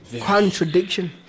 contradiction